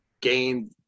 gained